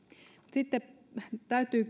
sitten täytyy